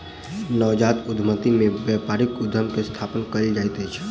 नवजात उद्यमिता में व्यापारिक उद्यम के स्थापना कयल जाइत अछि